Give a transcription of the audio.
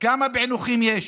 כמה פיענוחים יש?